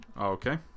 okay